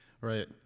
right